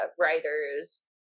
writers